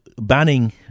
Banning